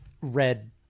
red